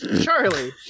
Charlie